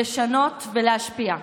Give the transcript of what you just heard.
לשנות ולהשפיע,